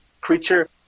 creature